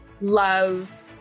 love